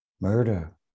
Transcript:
murder